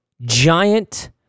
giant